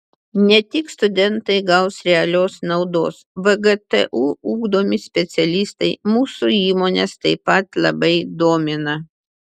ne tik studentai gaus realios naudos vgtu ugdomi specialistai mūsų įmones taip pat labai domina